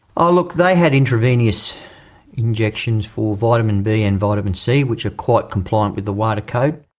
ah look, they had intravenous injections for vitamin b and vitamin c, which are quite compliant with the wada code.